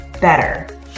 better